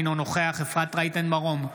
אינו נוכח אפרת רייטן מרום,